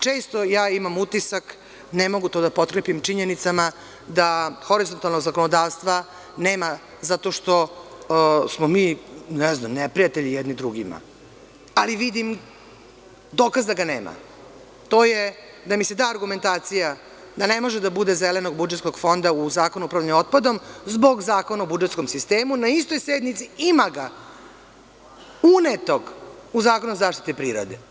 Često imam utisak, ne mogu to da potkrepim činjenicama, da horizontalnog zakonodavstva nema zato što smo mi, ne znam, neprijatelji jedni drugima, ali vidim dokaz da ga nema, to je da mi se da argumentacija da ne može da bude zelenog budžetskog fonda u Zakonu o upravljanju otpadom, zbog Zakona o budžetskom sistemu, na istoj sednici ima ga unetog u Zakon o zaštiti prirode.